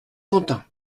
quentin